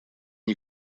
you